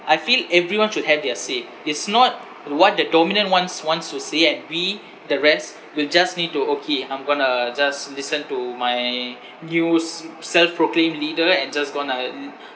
I feel everyone should have their say it's not what the dominant ones wants to say and we the rest will just need to okay I'm going to just listen to my news mm self proclaimed leader and just going to let it